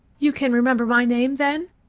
you can remember my name, then?